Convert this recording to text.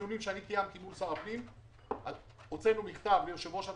יש שם רגישויות של קברים, כל אתר מירון זה קברים,